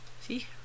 See